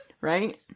Right